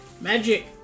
magic